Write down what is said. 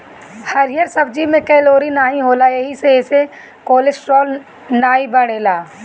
हरिहर सब्जी में कैलोरी नाही होला एही से एसे कोलेस्ट्राल नाई बढ़ेला